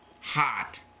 Hot